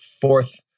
fourth